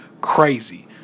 crazy